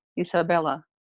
Isabella